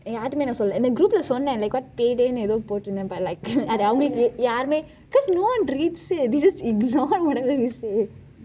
யாரிட்டுமே இன்னும் சொல்லே இந்த:yaarithumei innum sollei intha group லே சொன்னேன்:lei sonnen like payday ஏதோ போட்டிருந்தேன்:etho pothirunthaen but like யாருமே யாருமே:yaarumei yaarumei because no one reads it they just ignore whatever we say